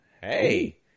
Hey